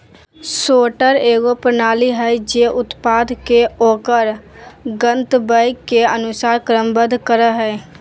sorter एगो प्रणाली हइ जे उत्पाद के ओकर गंतव्य के अनुसार क्रमबद्ध करय हइ